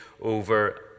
over